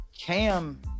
Cam